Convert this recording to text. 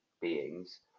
beings